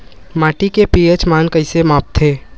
माटी के पी.एच मान कइसे मापथे?